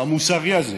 המוסרי הזה,